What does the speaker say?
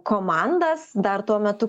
komandas dar tuo metu